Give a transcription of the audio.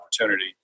opportunity